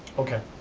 okay,